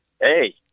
Hey